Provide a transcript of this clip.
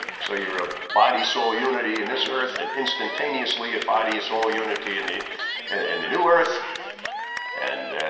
so you're a body soul unity in this earth and instantaneously a body soul unity in the and and the new earth and